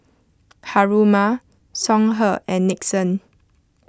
Haruma Songhe and Nixon